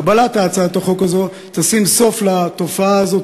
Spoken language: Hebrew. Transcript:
קבלת הצעת החוק הזאת תשים סוף לתופעה הזאת,